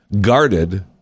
guarded